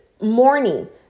morning